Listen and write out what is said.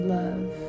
love